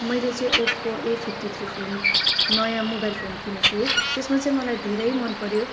मैले चाहिँ Oppo A fifty three phone नयाँ मोबाइल फोन किनेको थिएँ त्यसमा चाहिँ मलाई धेरै मनपऱ्यो